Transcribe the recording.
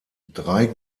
drei